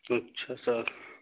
اچھا سر